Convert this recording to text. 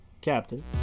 Captain